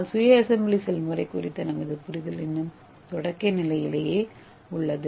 ஆனால் சுய சட்டசபை செயல்முறை குறித்த நமது புரிதல் இன்னும் தொடக்க நிலையிலே உள்ளது